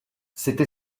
cette